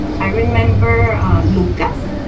i remember lucas.